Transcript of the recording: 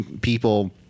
people